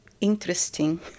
interesting